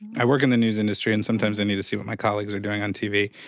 i work in the news industry. and sometimes i need to see what my colleagues are doing on tv.